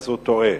טועה.